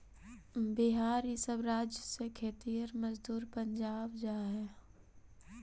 बिहार इ सब राज्य से खेतिहर मजदूर पंजाब जा हई